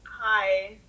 Hi